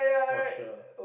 for sure